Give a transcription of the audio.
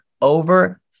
over